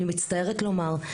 אני מצטערת לומר.